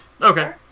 Okay